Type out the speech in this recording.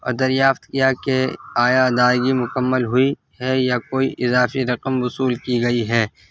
اور دریافت کیا کہ آیا ادائیگی مکمل ہوئی ہے یا کوئی اضافی رقم وصول کی گئی ہے